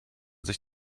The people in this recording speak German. sich